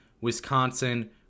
Wisconsin